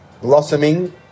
blossoming